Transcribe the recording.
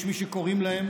יש מי שקוראים להם